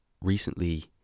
Recently